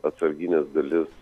atsargines dalis